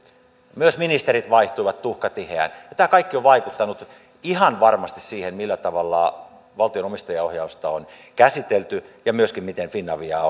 myös ministerit vaihtuivat tuhkatiheään tämä kaikki on vaikuttanut ihan varmasti siihen millä tavalla valtion omistajaohjausta on käsitelty ja myöskin siihen miten finaviaa